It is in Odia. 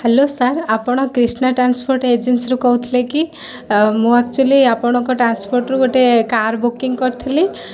ହ୍ୟାଲୋ ସାର୍ ଆପଣ କ୍ରିଷ୍ଣା ଟ୍ରାନ୍ସପୋର୍ଟ୍ ଏଜେନ୍ସିରୁ କହୁଥିଲେ କି ମୁଁ ଆକ୍ଚୁଆଲି ଆପଣଙ୍କ ଟ୍ରାନ୍ସପୋର୍ଟ୍ରୁ ଗୋଟେ କାର୍ ବୁକିଂ କର୍ଥିଲି